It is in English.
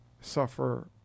suffer